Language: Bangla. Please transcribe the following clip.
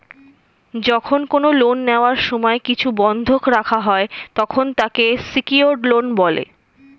যখন কোন লোন নেওয়ার সময় কিছু বন্ধক রাখা হয়, তখন তাকে সিকিওরড লোন বলে